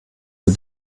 für